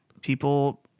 people